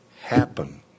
happen